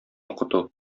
укыту